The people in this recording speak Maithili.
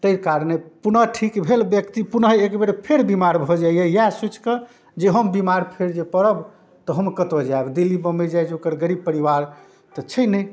ताहि कारणे पुनः ठीक भेल व्यक्ति पुनः एकबेर फेर बेमार भऽ जाइए इएह सोचिके जे हम बेमार फेर जे पड़ब तऽ हम कतऽ जाएब दिल्ली बम्बइ जाइ जोगर गरीब परिवार तऽ छै नहि